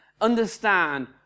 understand